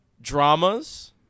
dramas